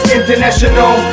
international